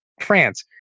france